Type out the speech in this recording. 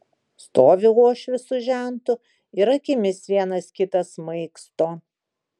stovi uošvis su žentu ir akimis vienas kitą smaigsto